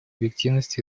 объективность